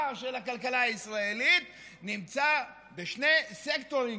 של הכלכלה הישראלית נמצא בשני סקטורים,